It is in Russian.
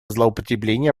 злоупотребления